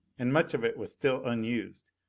and much of it was still unused.